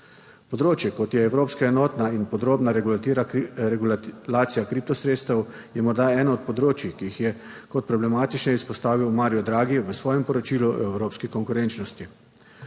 Področje, kot je evropska enotna in podrobna regulacija kripto sredstev, je morda eno od področij, ki jih je kot problematično izpostavil Mario Draghi v svojem poročilu o evropski konkurenčnosti.